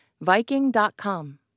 Viking.com